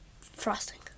frosting